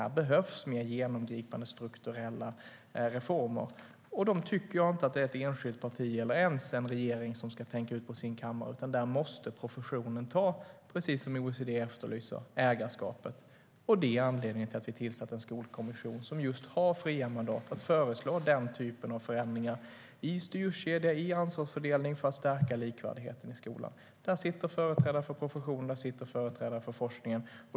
Här behövs mer genomgripande strukturella reformer, och dessa tycker jag inte att ett enskilt parti eller ens en regering ska tänka ut på sin kammare. Där måste, precis som OECD efterlyser, professionen ta ägarskapet. Det är anledningen till att vi har tillsatt en skolkommission som har fritt mandat att föreslå den typen av förändringar i styrkedja och ansvarsfördelning för att stärka likvärdigheten i skolan. Där sitter företrädare för professionen och företrädare för forskningen.